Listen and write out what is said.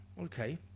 Okay